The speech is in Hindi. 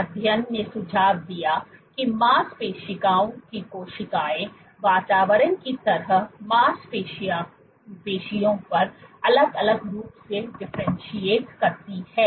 इस अध्ययन ने सुझाव दिया कि मांसपेशियों की कोशिकाएं वातावरण की तरह मांसपेशियों पर अलग अलग रूप से डिफरेंटशिएट करती हैं